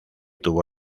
tuvo